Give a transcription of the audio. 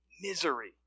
misery